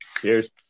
Cheers